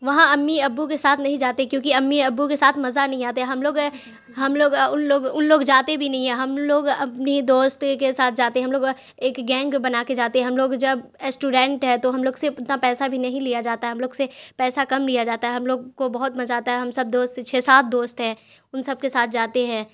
وہاں امی ابو کے ساتھ نہیں جاتے کیونکہ امی ابو کے ساتھ مزہ نہیں آتے ہم لوگ ہم لوگ ان لوگ ان لوگ جاتے بھی نہیں ہے ہم لوگ اپنی دوست کے ساتھ جاتے ہم لوگ ایک گینگ بنا کے جاتے ہم لوگ جب اسٹوڈینٹ ہے تو ہم لوگ سے اتنا پیسہ بھی نہیں لیا جاتا ہم لوگ سے پیسہ کم لیا جاتا ہے ہم لوگ کو بہت مزہ آتا ہے ہم سب دوست چھ سات دوست ہیں ان سب کے ساتھ جاتے ہیں